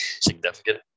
significant